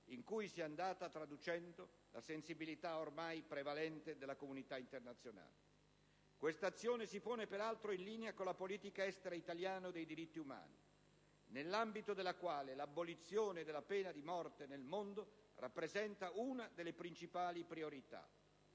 in cui si è andata traducendo la sensibilità ormai prevalente nella comunità internazionale. Questa azione si pone peraltro in linea con la politica estera italiana dei diritti umani, nell'ambito della quale l'abolizione della pena di morte nel mondo rappresenta una delle principali priorità.